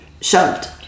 shoved